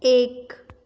एक